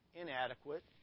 inadequate